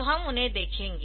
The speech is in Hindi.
तो हम उन्हें देखेंगे